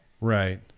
Right